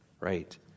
Right